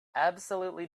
absolutely